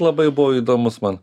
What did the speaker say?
labai buvo įdomus man